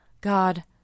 God